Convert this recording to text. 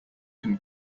can